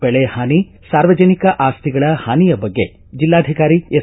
ಬೆಳೆಹಾನಿ ಸಾರ್ವಜನಿಕ ಆಸ್ತಿಗಳ ಹಾನಿಯ ಬಗ್ಗೆ ಜಿಲ್ಲಾಧಿಕಾರಿ ಎಸ್